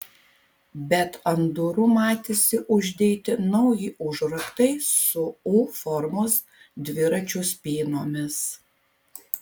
bet ant durų matėsi uždėti nauji užraktai su u formos dviračių spynomis